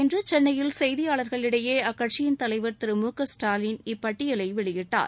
இன்று சென்னையில் செய்தியாளர்களிடையே அக்கட்சியின் தலைவர் திரு மு க ஸ்டாலின் இப்பட்டியலை வெளியிட்டார்